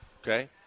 Okay